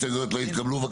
ההסתייגויות לא התקבלו.